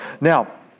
Now